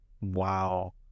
Wow